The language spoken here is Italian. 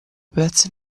pezze